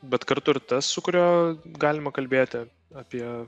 bet kartu ir tas su kuriuo galima kalbėti apie